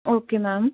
okay ma'am